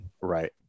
right